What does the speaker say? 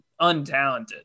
untalented